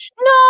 no